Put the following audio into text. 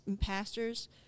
pastors